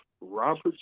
Robert